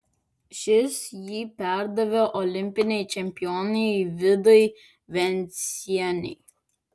šis jį perdavė olimpinei čempionei vidai vencienei